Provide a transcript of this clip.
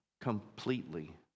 completely